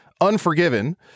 Unforgiven